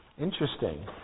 Interesting